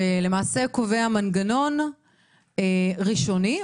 ולמעשה קובע מנגנון ראשוני.